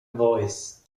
voice